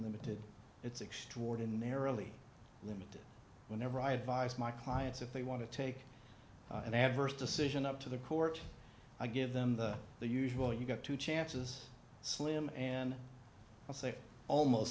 limited it's extraordinarily limited whenever i advise my clients if they want to take an adverse decision up to the court i give them the the usual you got two chances slim and say almost